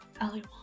Ali